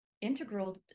integral